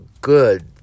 good